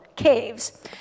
caves